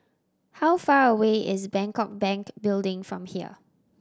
how far away is Bangkok Bank Building from here